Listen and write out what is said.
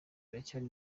biracyari